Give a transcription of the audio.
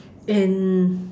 and